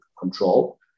control